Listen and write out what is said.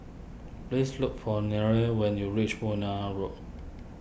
please look for Nyree when you reach Benoi Road